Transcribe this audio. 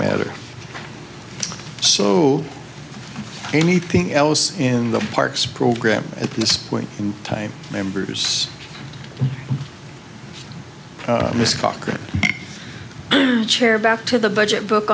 matter so anything else in the parks program at this point in time members of this caucus chair back to the budget book